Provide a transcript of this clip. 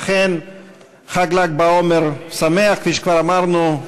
אכן חג ל"ג בעומר שמח, כפי שכבר אמרנו.